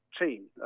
team